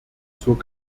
zur